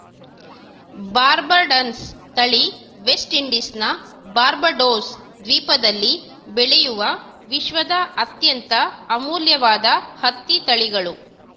ಬಾರ್ಬಡನ್ಸ್ ತಳಿ ವೆಸ್ಟ್ ಇಂಡೀಸ್ನ ಬಾರ್ಬಡೋಸ್ ದ್ವೀಪದಲ್ಲಿ ಬೆಳೆಯುವ ವಿಶ್ವದ ಅತ್ಯಂತ ಅಮೂಲ್ಯವಾದ ಹತ್ತಿ ತಳಿಗಳು